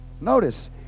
notice